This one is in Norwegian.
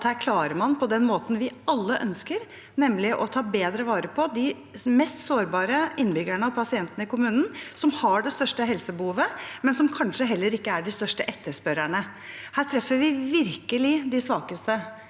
her klarer – på den måten vi alle ønsker – å ta bedre vare på de mest sårbare innbyggerne og pasientene i kommunen, dem som har det største helsebehovet, men som kanskje heller ikke er de største etterspørrerne. Her treffer vi virkelig de svakeste